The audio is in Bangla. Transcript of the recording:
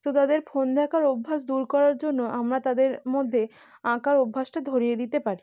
তো তাদের ফোন দেখার অভ্যাস দূর করার জন্য আমরা তাদের মধ্যে আঁকার অভ্যাসটা ধরিয়ে দিতে পারি